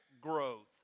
growth